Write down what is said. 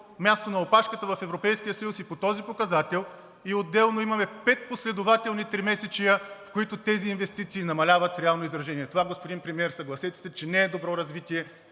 място на опашката в Европейския съюз и по този показател. Отделно имаме пет последователни тримесечия, които тези инвестиции намаляват в реално изражение. Господин Премиер, съгласете се, че това не е добро развитие